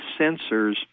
sensors